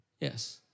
yes